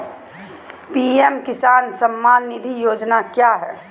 PM Kisan Samman Nidhi Yojana क्या है?